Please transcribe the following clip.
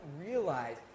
realize